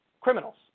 criminals